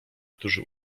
którzy